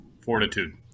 fortitude